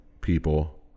people